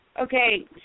okay